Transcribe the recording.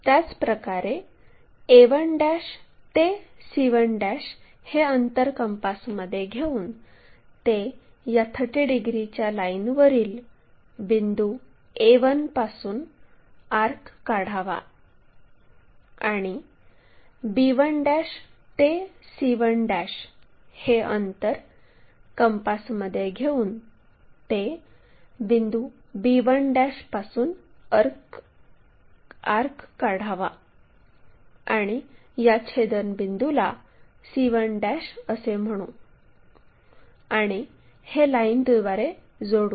त्याचप्रकारे a1 ते c1 हे अंतर कंपासमध्ये घेऊन ते या 30 डिग्रीच्या लाईनवरील बिंदू a1 पासून आर्क काढावा आणि b1 ते c1 हे अंतर कंपासमध्ये घेऊन ते बिंदू b1 पासून आर्क काढावा आणि या छेदनबिंदूला c1 असे म्हणू आणि हे लाईनद्वारे जोडू